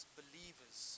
believers